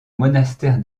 monastère